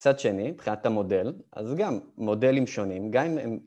מצד שני, מבחינת את המודל, אז גם, מודלים שונים, גם אם הם...